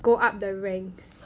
go up the ranks